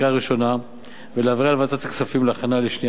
ולהעבירה לוועדת הכספים להכנה לשנייה ושלישית.